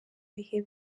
bihe